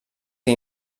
que